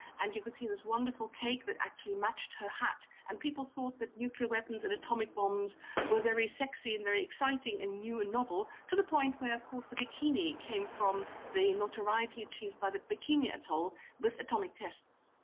and you could see this wonderful cake that actually matched her hat. and people thought that nuclear weapons and atomic bombs were very sexy and very exciting and new and novel, to the point where of course the bikini came from the notoriety achieved via the bikini atoll with atomic tests.